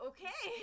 Okay